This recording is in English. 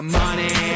money